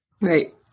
right